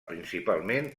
principalment